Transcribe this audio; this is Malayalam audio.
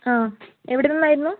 ആ എവിടെന്നായിരുന്നു